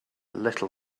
little